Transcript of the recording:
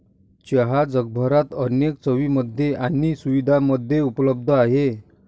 चहा जगभरात अनेक चवींमध्ये आणि सुगंधांमध्ये उपलब्ध आहे